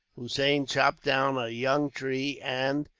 hossein chopped down a young tree and,